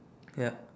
yup